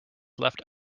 left